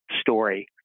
story